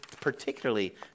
particularly